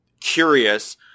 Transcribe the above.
curious